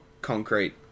concrete